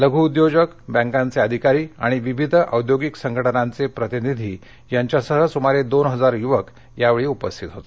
लघु उद्योजक बक्तचे अधिकारी आणि विविध औद्योगिक संघटनांचे प्रतिनिधी यांच्यासह सुमारे दोन हजार युवक यावेळी उपस्थित होते